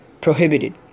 prohibited